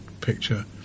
picture